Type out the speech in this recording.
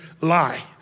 lie